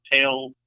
tail